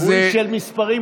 הוא איש של מספרים.